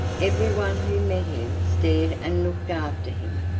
everyone who met him stared and looked after him,